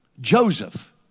Joseph